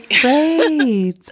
great